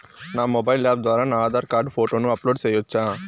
నా mobile app ద్వారా నా ఆధార్ కార్డు ఫోటోను అప్లోడ్ సేయొచ్చా?